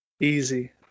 easy